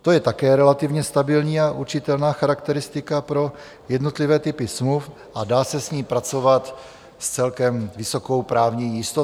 To je také relativně stabilní a určitelná charakteristika pro jednotlivé typy smluv a dá se s ní pracovat s celkem vysokou právní jistotou.